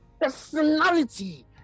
Personality